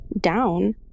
down